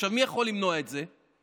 מי יכול למנוע את זה?